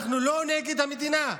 אנחנו לא נגד המדינה.